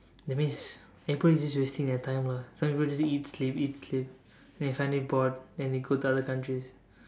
that means everybody is just wasting their time lah some people just eat sleep eat sleep they find it bored then they go to other countries